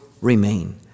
remain